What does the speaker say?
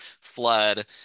flood